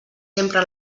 sempre